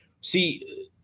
See